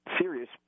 serious